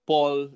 Paul